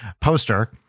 Poster